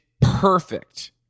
perfect